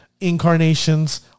Incarnations